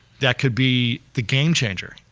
that could be the game changer,